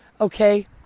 okay